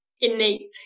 innate